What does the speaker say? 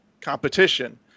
competition